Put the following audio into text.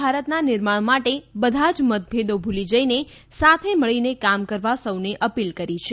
ભારતના નિર્માણ માટે બધા જ મતભેદો ભુલી જઈને સાથે મળીને કામ કરવા સૌને અપીલ કરી છે